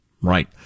right